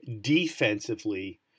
defensively